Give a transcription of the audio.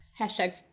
Hashtag